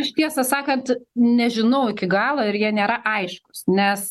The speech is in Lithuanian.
aš tiesą sakant nežinau iki galo ir jie nėra aiškūs nes